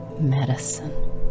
medicine